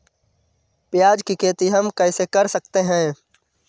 प्याज की खेती हम कैसे कर सकते हैं?